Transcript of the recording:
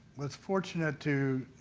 was fortunate to